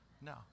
No